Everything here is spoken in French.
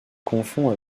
confond